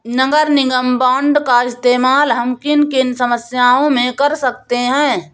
नगर निगम बॉन्ड का इस्तेमाल हम किन किन समस्याओं में कर सकते हैं?